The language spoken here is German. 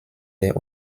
der